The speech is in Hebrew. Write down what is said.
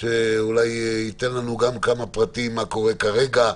שיכול לתת לנו פרטים על מה שקורה כרגע?